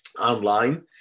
online